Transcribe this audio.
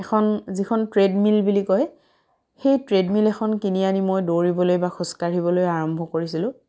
এখন যিখন ট্ৰেডমিল বুলি কয় সেই ট্ৰেডমিল এখন কিনি আনি মই দৌৰিবলৈ বা খোজকাঢ়িবলৈ আৰম্ভ কৰিছিলোঁ